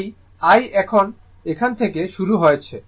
তাই I এখান থেকে শুরু হয়েছে